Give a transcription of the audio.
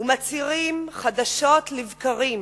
מצהירים חדשות לבקרים: